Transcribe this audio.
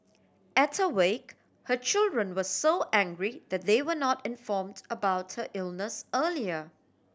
at her wake her children were so angry that they were not informed about her illness earlier